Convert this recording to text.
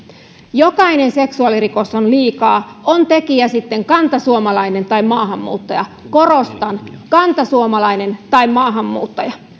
jokainen seksuaalirikos on liikaa on tekijä sitten kantasuomalainen tai maahanmuuttaja korostan kantasuomalainen tai maahanmuuttaja